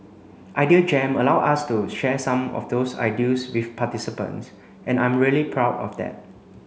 idea Jam allowed us to share some of those ideals with participants and I'm really proud of that